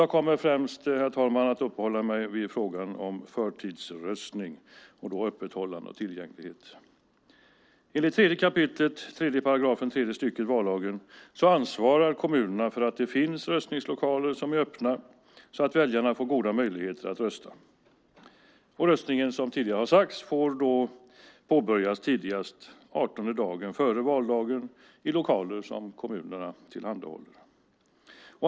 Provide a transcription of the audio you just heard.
Jag kommer främst att uppehålla mig vid frågan om öppethållande och tillgänglighet vid förtidsröstning. Enligt 3 kap. 3 § tredje stycket vallagen ansvarar kommunerna för att det finns röstningslokaler som är öppna, så att väljarna får goda möjligheter att rösta. Röstningen får, som tidigare har sagts, påbörjas tidigast den 18:e dagen före valdagen i lokaler som kommunerna tillhandahåller.